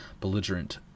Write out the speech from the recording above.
belligerent